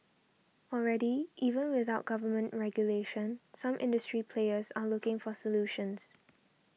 already even without government regulation some industry players are looking for solutions